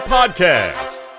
Podcast